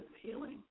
healing